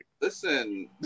Listen